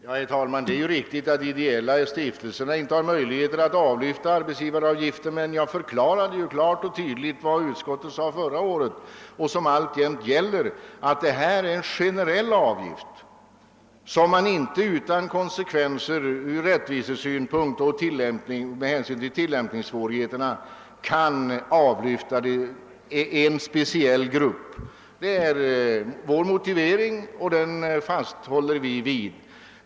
Herr talman! Det är riktigt att de ideella stiftelserna inte har möjlighet att avlyfta arbetsgivaravgifterna. Men jag förklarade ju klart och tydligt vad utskottet sade förra året, vilket alltjämt gäller, nämligen att detta är en generell avgift som man inte utan konsekvenser ur rättvisesynpunkt och med hänsyn till tillämpningssvårigheterna kan slopa för en speciell grupp. Det är vår motivering, och den fasthåller vi.